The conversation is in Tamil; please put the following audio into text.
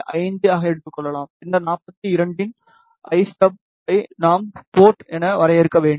5 ஆக எடுத்துக்கொள்வோம் பின்னர் 42 இன் l ஸ்டப் ஐ நாம் போட் என வரையறுக்க வேண்டும்